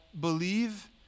believe